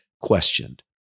questioned